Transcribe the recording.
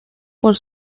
por